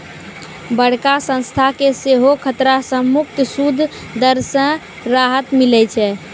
बड़का संस्था के सेहो खतरा से मुक्त सूद दर से राहत मिलै छै